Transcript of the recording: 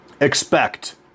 Expect